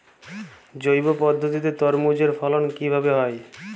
জৈব পদ্ধতিতে তরমুজের ফলন কিভাবে হয়?